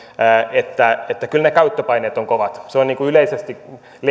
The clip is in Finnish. että että kyllä ne käyttöpaineet ovat kovat yleisesti